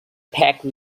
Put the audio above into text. packed